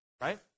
right